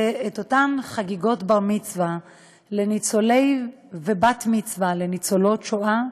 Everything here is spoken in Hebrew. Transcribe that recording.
אותן חגיגות בר-מצווה לניצולי שואה ובת-מצווה לניצולות שואה,